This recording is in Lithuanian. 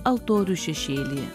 altorių šešėly